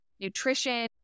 nutrition